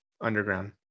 underground